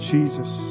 Jesus